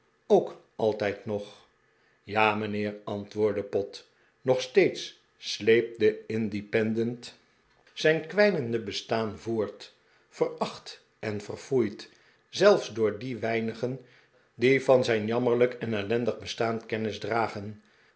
ook altijd nog ja mijnheer antwoordde pott nog steeds sleept de independent zijn kwijnende pickwick club de bestaan voort veracht en verfoeid zelfs door die weinigen die van zijn jammerlijk en ellendig bestaan kennis dragen